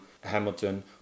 Hamilton